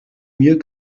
mieux